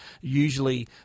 usually